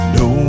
no